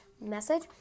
message